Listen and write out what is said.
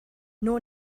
nor